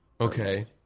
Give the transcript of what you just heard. Okay